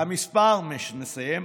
אני מסיים.